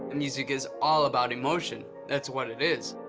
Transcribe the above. and music is all about emotion. that's what it is.